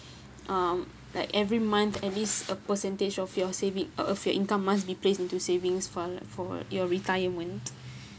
um like every month at least a percentage of your savings uh your income must be placed into savings fund for your retirement